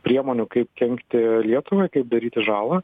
priemonių kaip kenkti lietuvai kaip daryti žalą